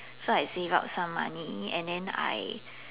so I save up some money and then I